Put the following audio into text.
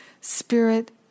Spirit